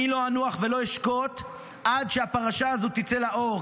אני לא אנוח ולא אשקוט עד שהפרשה הזאת תצא לאור,